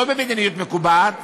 לא במדיניות מקובעת,